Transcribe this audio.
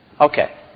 Okay